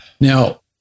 Now